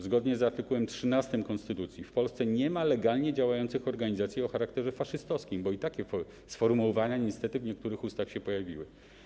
Zgodnie z art. 13 konstytucji w Polsce nie ma legalnie działających organizacji o charakterze faszystowskim, bo i takie sformułowania niestety w niektórych ustach się pojawiły.